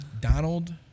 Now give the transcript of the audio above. Donald